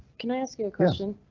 can i ask you a question?